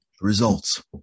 Results